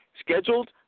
scheduled